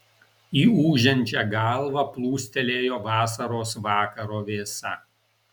į ūžiančią galvą plūstelėjo vasaros vakaro vėsa